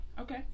Okay